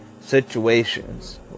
situations